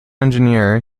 engineer